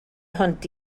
hwnt